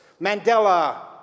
Mandela